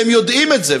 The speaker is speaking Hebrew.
והם יודעים את זה.